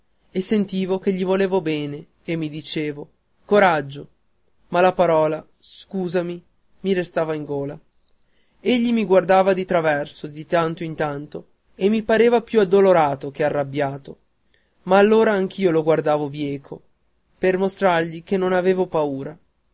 e sentivo che gli volevo bene e mi dicevo coraggio ma la parola scusami mi restava nella gola egli mi guardava di traverso di tanto in tanto e mi pareva più addolorato che arrabbiato ma allora anch'io lo guardavo bieco per mostrargli che non avevo paura